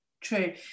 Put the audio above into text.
true